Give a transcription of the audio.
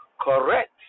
correct